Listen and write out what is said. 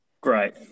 Great